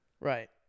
Right